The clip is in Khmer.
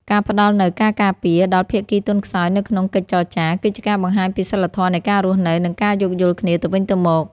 ការផ្តល់នូវ "ការការពារ" ដល់ភាគីទន់ខ្សោយនៅក្នុងកិច្ចចរចា គឺជាការបង្ហាញពីសីលធម៌នៃការរស់នៅ និងការយោគយល់គ្នាទៅវិញទៅមក។